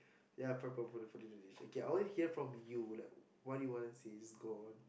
ya prepare for the dinner dish okay I want to hear it from you like what do you want to say just go on